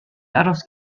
aros